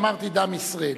אמרתי "דם ישראלי".